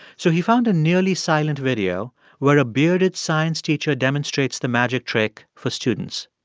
so he found a nearly silent video where a bearded science teacher demonstrates the magic trick for students.